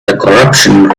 corruption